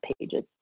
pages